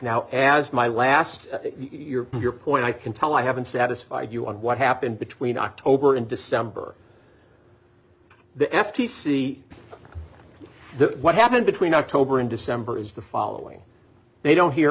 now as my last year your point i can tell i haven't satisfied you on what happened between october and december the f t c the what happened between october and december is the following they don't hear